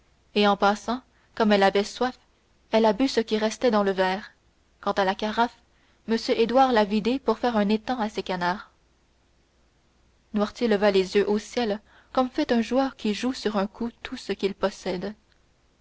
et en passant comme elle avait soif elle a bu ce qui restait dans le verre quant à la carafe m édouard l'a vidée pour faire un étang à ses canards noirtier leva les yeux au ciel comme fait un joueur qui joue sur un coup tout ce qu'il possède